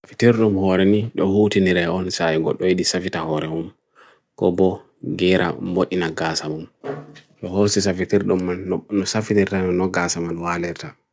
Afitirnum hoareni, dohuti nereo nsa yungot, doi disafitahore hum, ko bo geira mo inagasam hum. Dohusi saafitirnum no saafi nereo ngaasam man waleta.